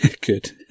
Good